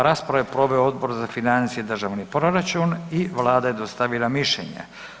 Raspravu je proveo Odbor za financije i državni proračun i Vlada je dostavila mišljenje.